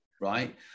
right